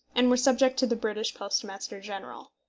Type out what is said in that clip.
and were subject to the british postmaster-general.